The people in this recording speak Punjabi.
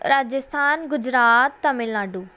ਰਾਜਸਥਾਨ ਗੁਜਰਾਤ ਤਾਮਿਲਨਾਡੂ